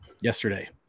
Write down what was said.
yesterday